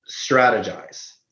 strategize